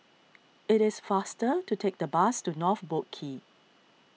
it is faster to take the bus to North Boat Quay